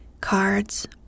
cards